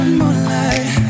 moonlight